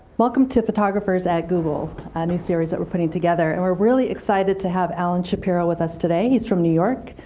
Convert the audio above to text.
welcome to photographers at google, a new series that we're putting together. and we're really excited to have alan shapiro with us today. he's from new york,